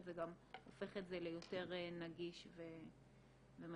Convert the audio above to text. זה גם הופך את זה ליותר נגיש ומצליח.